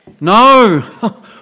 No